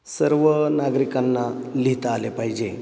सर्व नागरिकांना लिहिता आले पाहिजे